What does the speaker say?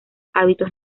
hábitos